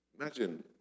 Imagine